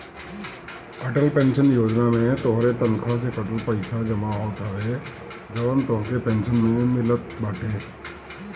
Atal pension Yojana में तोहरे तनखा से कटल पईसा जमा होत हवे जवन तोहके पेंशन में मिलत बाटे